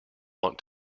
want